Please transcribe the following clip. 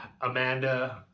Amanda